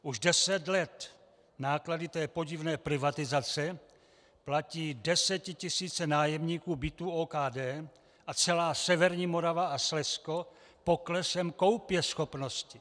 Už deset let náklady podivné privatizace platí desetitisíce nájemníků bytů OKD a celá severní Morava a Slezsko poklesem koupěschopnosti.